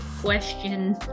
question